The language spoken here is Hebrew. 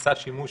נעשה שימוש,